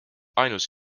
ainus